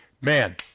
man